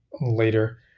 later